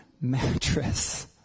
mattress